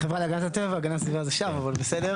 החברה להגנת הטבע, הגנת הסביבה זה שם אבל בסדר.